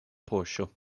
poŝo